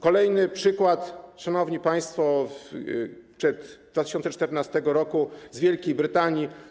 Kolejny przykład, szanowni państwo, sprzed 2014 r., z Wielkiej Brytanii.